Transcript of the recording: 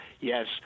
yes